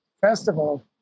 festival